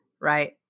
Right